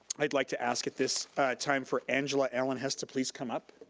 i'd like to ask at this time for angela allen-hess to please come up.